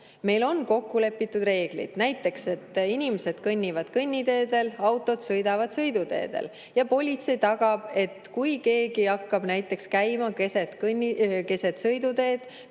Meil on kokku lepitud reeglid, näiteks et inimesed kõnnivad kõnniteedel, autod sõidavad sõiduteedel. Ja kui keegi hakkab näiteks käima keset sõiduteed,